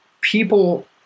people